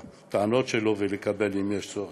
הטענות שלו ולקבל, אם יש צורך.